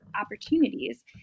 opportunities